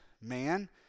man